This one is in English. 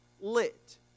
lit